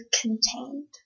contained